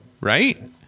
right